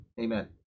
Amen